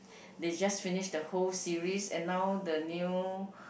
they just finished the whole series and now the new